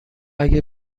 اگه